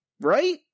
Right